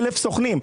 1,000 סוכנים.